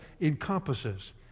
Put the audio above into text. encompasses